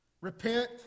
Repent